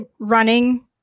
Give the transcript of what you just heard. running